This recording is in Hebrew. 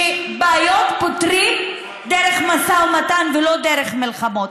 שבעיות פותרים דרך משא ומתן ולא דרך מלחמות.